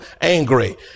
angry